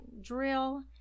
drill